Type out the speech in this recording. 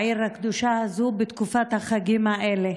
בעיר הקדושה הזו, בתקופת החגים האלה: